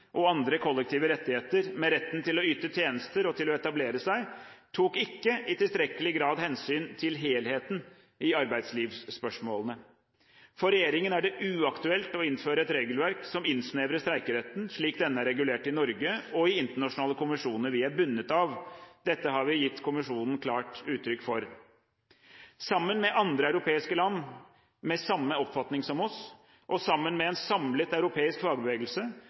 og andre kollektive rettigheter med retten til å yte tjenester og til å etablere seg, tok ikke i tilstrekkelig grad hensyn til helheten i arbeidslivsspørsmålene. For regjeringen er det uaktuelt å innføre et regelverk som innsnevrer streikeretten slik denne er regulert i Norge og i internasjonale konvensjoner vi er bundet av. Det har vi gitt klart uttrykk for overfor kommisjonen. Sammen med andre europeiske land med samme oppfatning som oss og sammen med en samlet europeisk fagbevegelse